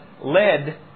led